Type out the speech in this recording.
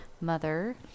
mother